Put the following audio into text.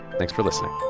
thanks for listening